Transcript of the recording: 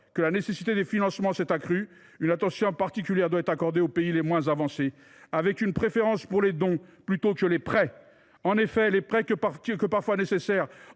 que la nécessité des financements s’est accrue, une attention particulière doit être accordée aux pays les moins avancés, avec une préférence pour les dons plutôt que les prêts. En effet, ces derniers, bien que parfois nécessaires,